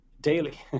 daily